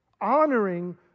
Honoring